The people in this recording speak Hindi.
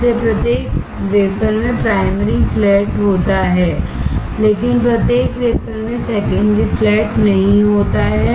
इसलिए प्रत्येक वेफर में प्राइमरी फ्लैट होता है लेकिन प्रत्येक वेफर में सेकेंडरी फ्लैट नहीं होता है